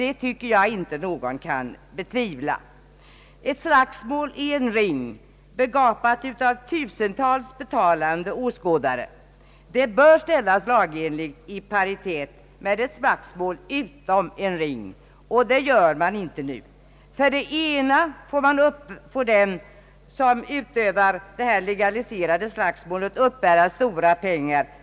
Ett slagsmål i en ring, begapat av tusentals betalande åskådare, bör lagenligt ställas i paritet med ett slagsmål utom en ring. Så blir inte fallet med nu föreslagen lagstiftning. För det ena får den som utövar det legaliserade slagsmålet uppbära stora pengar.